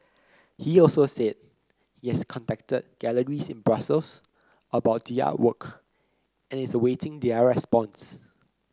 he also said yes contacted galleries in Brussels about the artwork and is awaiting their response